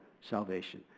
salvation